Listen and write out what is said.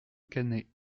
cannet